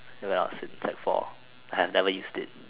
well since sec four I have never used it